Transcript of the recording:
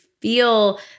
feel